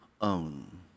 own